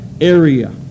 area